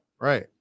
right